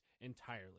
entirely